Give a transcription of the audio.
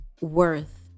worth